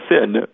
sin